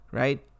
right